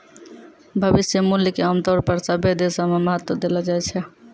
भविष्य मूल्य क आमतौर पर सभ्भे देशो म महत्व देलो जाय छै